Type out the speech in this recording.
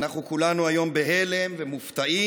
אנחנו כולנו היום בהלם ומופתעים,